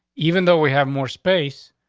even though we have more space,